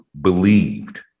believed